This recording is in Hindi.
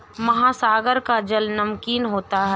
महासागर का जल नमकीन होता है